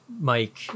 mike